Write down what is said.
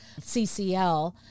CCL